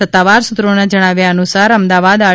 સત્તાવાર સૂત્રોના જણાવ્યા અનુસાર અમદાવાદ આર